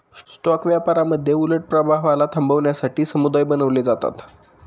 stock व्यापारामध्ये उलट प्रभावाला थांबवण्यासाठी समुदाय बनवले जातात